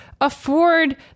afford